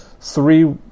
three